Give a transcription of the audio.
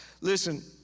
Listen